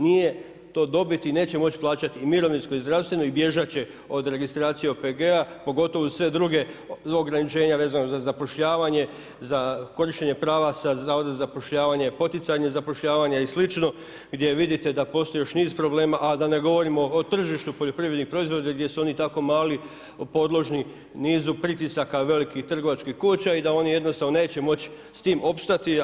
Nije to dobit i neće moći plaćati i mirovinsko i zdravstveno i bježat će od registracije OPG-a pogotovo uz sve druge, ograničenja vezano za zapošljavanje, za korištenje prava sa Zavoda za zapošljavanje, poticanje zapošljavanja i slično gdje vidite da postoji još niz problema, a da ne govorimo o tržištu poljoprivrednih proizvoda gdje su oni tako mali podložni nizu pritisaka velikih trgovačkih kuća i da oni jednostavno neće moći s tim opstati.